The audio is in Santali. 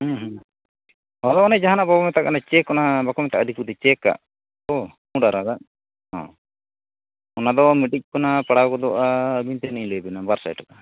ᱦᱚᱸ ᱚᱱᱮ ᱡᱟᱦᱟᱱᱟᱜ ᱵᱟᱵᱚ ᱢᱮᱛᱟᱜ ᱠᱟᱱᱟ ᱪᱮᱹᱠ ᱚᱱᱟ ᱵᱟᱠᱚ ᱢᱮᱛᱟᱜᱼᱟ ᱟᱹᱰᱤ ᱯᱫᱤ ᱪᱮᱠᱟᱜ ᱠᱚ ᱯᱩᱰ ᱟᱨᱟᱜᱟᱜ ᱦᱚᱸ ᱚᱱᱟᱫᱚ ᱢᱤᱫᱴᱤᱡ ᱠᱚᱱᱟ ᱯᱟᱲᱟᱣ ᱜᱚᱫᱚᱜᱼᱟ ᱟᱹᱵᱤᱱ ᱛᱤᱱᱟᱹᱜ ᱞᱤᱧ ᱞᱟᱹᱭᱟᱵᱮᱱᱟ ᱵᱟᱨ ᱥᱟᱭ ᱴᱟᱠᱟ